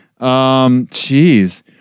Jeez